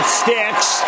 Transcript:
sticks